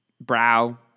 brow